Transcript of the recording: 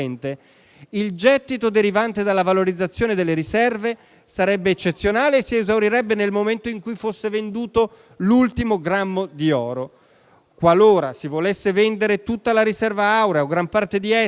il gettito derivante dalla valorizzazione delle riserve sarebbe meramente eccezionale e si esaurirebbe nel momento in cui fosse venduto l'ultimo grammo d'oro. Qualora si volesse vendere tutta la riserva aurea o gran parte di essa